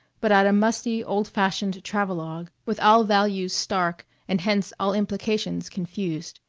but at a musty old-fashioned travelogue with all values stark and hence all implications confused.